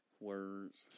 words